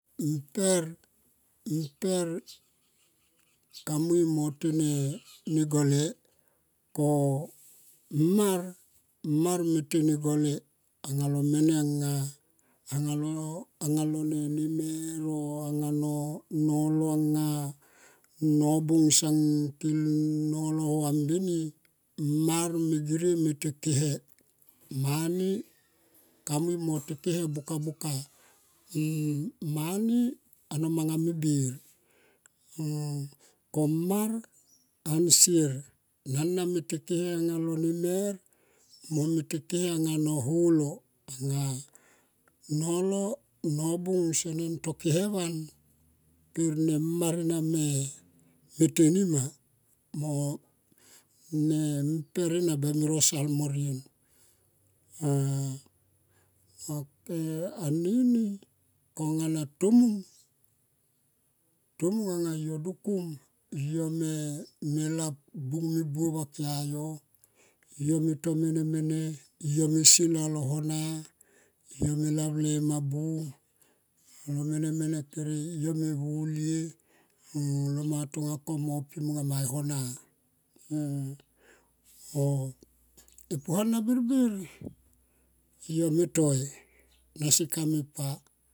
Mper. Mper kamui mo te ne gole ko mar, mar me te negole anga lo mene anga anga lo nemer oh anga nolo anga nobung song kili oh holo hua mbini. Mar me girie me tekehe, mani kamui mo to kehe buka buka, mani ano manga me bir ko mar ansier nona me te kehe anga lo nemer mo me tekehe anga no holo anga nolo, nobung sonen teki he van per ne mar ena me, me teni ma mo ne mper ena bemi rosal amo rien. Ah ok anini konga na tomung, tomung anga yo dukum yo me lap bung mi buo va kia yo. Yo me to mene mene yo me sil alo hona yo me lav le mabu alo mene mene kere yo me vulie alo manga tonga ko mo pi ma e hona ko e puana birbir yo me toi nasi kam pa.